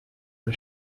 les